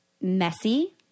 messy